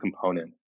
component